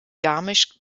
garmisch